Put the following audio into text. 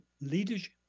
leadership